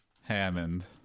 Hammond